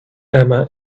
emma